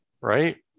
right